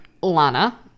Lana